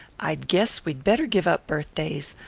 i guess we'd better give up birthdays.